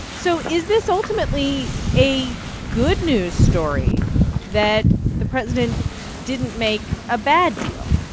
so is this ultimately a good-news story that the president didn't make a bad deal?